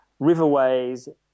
riverways